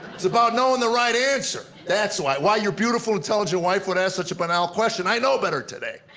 it's about knowing the right answer. that's why, why your beautiful, intelligent wife would ask such a banal question. i know better today.